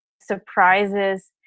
surprises